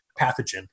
pathogen